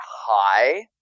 high